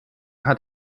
hat